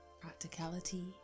Practicality